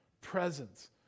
presence